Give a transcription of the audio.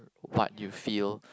what you feel